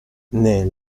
nel